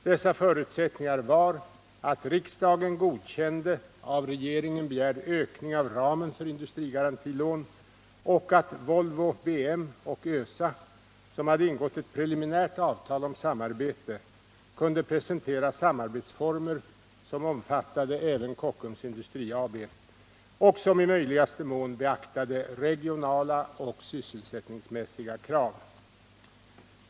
Dessa förutsättningar var att riksdagen godkände av regeringen begärd ökning av ramen för industrigarantilån och att Volvo BM och ÖSA, som hade ingått ett preliminärt avtal om samarbete, kunde presentera samarbetsformer som omfattade även Kockums Industri AB och som i möjligaste mån beaktade regionala och sysselsättningsmässiga krav.